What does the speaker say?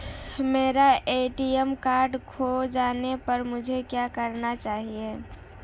मेरा ATM card खो जाने पर मुझे क्या करना होगा?